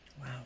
wow